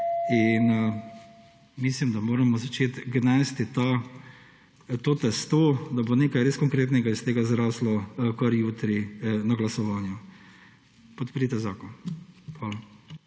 Mislim, da moramo začeti gnesti to testo, da bo nekaj konkretnega iz tega zraslo kar jutri na glasovanju. Podprite zakon. Hvala.